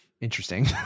Interesting